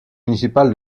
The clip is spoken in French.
municipal